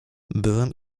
byłem